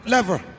Lever